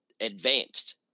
advanced